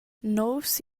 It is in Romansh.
nouvs